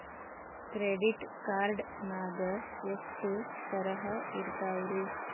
Credit card ನಾಗ ಎಷ್ಟು ತರಹ ಇರ್ತಾವ್ರಿ?